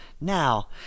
Now